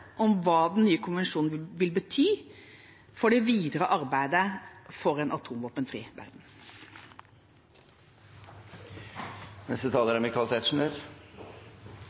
om hva den nye konvensjonen vil bety for det videre arbeidet for en atomvåpenfri